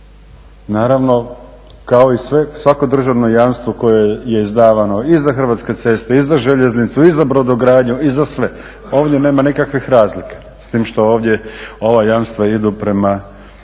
Naravno, kao i svako državno jamstvo koje je izdavano i za Hrvatske ceste i za željeznicu i za brodogradnju i za sve ovdje nema nikakvih razlika. S tim što ovdje ova jamstva idu prema privatnom sektoru